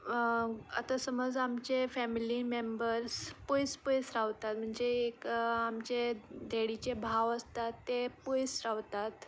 आतां समज आमचे फेमिली मेम्बर्स पयस पयस रावता म्हणचे आमचे डॅडीचे भाव आसतात ते पयस रावतात